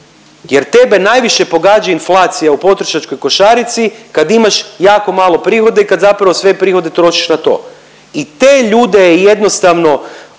jer tebe najviše pogađa inflacija u potrošačkoj košarici kad imaš jako malo prihode i kad zapravo sve prihode trošiš na to i te ljude je jednostavno